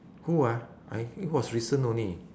who ah I think was recent only